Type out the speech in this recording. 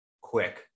quick